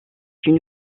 une